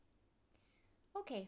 okay